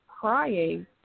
crying